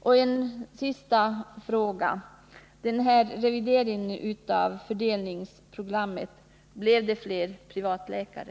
Så en sista fråga: Medförde revideringen av läkarfördelningsprogrammet att det blev fler privatläkare?